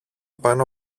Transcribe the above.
πάνω